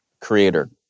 Creator